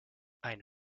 ein